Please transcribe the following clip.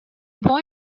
boy